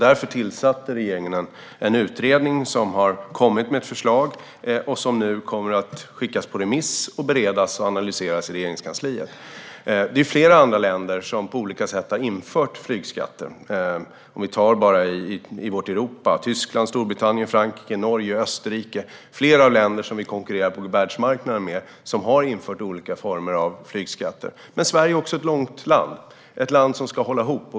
Därför tillsatte regeringen en utredning som har kommit med ett förslag som nu kommer att skickas på remiss, beredas och analyseras i Regeringskansliet. Det är flera andra länder som på olika sätt har infört flygskatter. Bara i Europa är det Tyskland, Storbritannien, Frankrike, Norge och Österrike. Flera länder som vi konkurrerar med på världsmarknaden har infört olika former av flygskatter. Men Sverige är också ett långt land, ett land som ska hålla ihop.